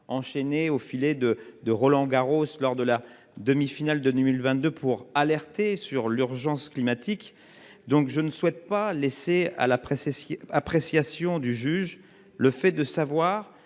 enchaînés au filet de de Roland Garros lors de la demi-finale de 1022, pour alerter sur l'urgence climatique. Donc je ne souhaite pas laisser à la presse. Et si l'appréciation du juge. Le fait de savoir